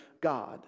God